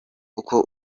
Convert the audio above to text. uko